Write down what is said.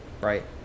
right